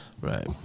Right